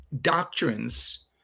doctrines